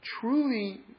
truly